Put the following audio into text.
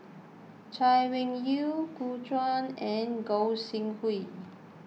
Chay Weng Yew Gu Juan and Gog Sing Hooi